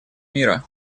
мира